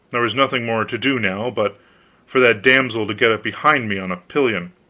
there was nothing more to do now, but for that damsel to get up behind me on a pillion,